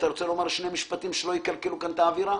אתה רוצה לומר שני משפטים שלא יקלקלו כאן את האווירה?